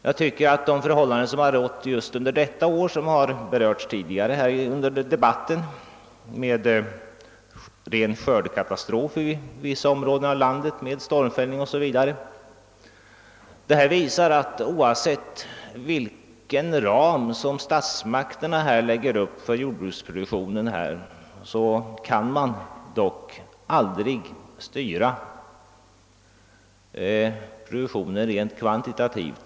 Jag tycker att förhållandena just i år, som också berörts tidigare i debatten, med rent av skördekatastrofer i vissa områden, stormfällning o.s.v. visar att man oavsett vilken ram statsmakterna än bestämmer för jordbruksproduktionen, aldrig kan styra produktionen rent kvantitativt.